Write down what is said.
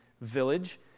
village